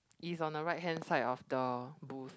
is on the right hand side of the booth